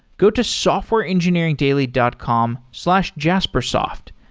go to softwareengineeringdaily dot com slash jaspersoft.